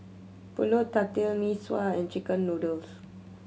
Pulut Tatal Mee Sua and chicken noodles